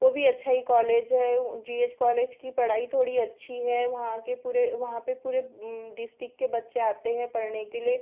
वह भी अच्छा ही कॉलेज है जी एच कॉलेज की पढ़ाई थोड़ी अच्छी है वहाँ के पूरे वहाँ पर पूरे डिस्टिक के बच्चे आते है पढ़ने के लिए